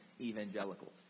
evangelicals